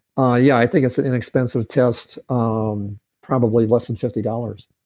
ah yeah i think it's an inexpensive test um probably less than fifty dollars.